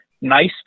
nice